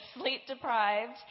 sleep-deprived